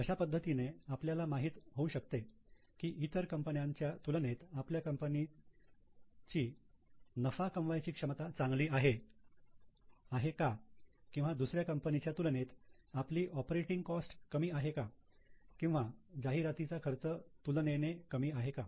अशा पद्धतीने आपल्याला माहीत होऊ शकते की इतर कंपन्यांच्या तुलनेत आपल्या कंपनीची नफा कमवायची क्षमता चांगली आहे का किंवा दुसऱ्या कंपन्यांच्या तुलनेत आपली ऑपरेटिंग कॉस्ट कमी आहे का किंवा जाहिरातीचा खर्च तुलनेने कमी आहे का